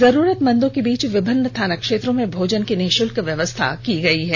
जरूरतमंदों के बीच विभिन्न थाना क्षेत्रों में भोजन की निःषुल्क व्यवस्था की गयी है